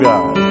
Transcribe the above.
God